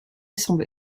semble